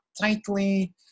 tightly